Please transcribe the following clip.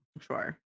Sure